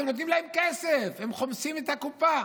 אתם נותנים להם כסף, הם חומסים את הקופה.